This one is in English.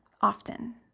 often